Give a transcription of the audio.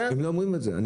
הם לא אומרים את זה.